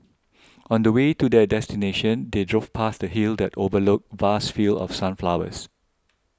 on the way to their destination they drove past a hill that overlooked vast fields of sunflowers